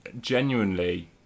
Genuinely